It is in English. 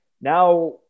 now